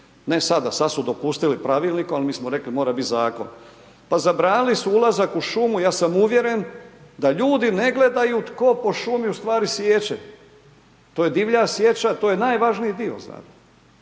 ne sada, sad su dopustili pravilnikom, ali mi smo rekli mora biti zakon. Pa zabranili su ulazak u šumu ja sam uvjeren da ljudi ne gledaju tko po šumi u stvari siječe, to je divlja sječa to je najvažniji dio zapravo.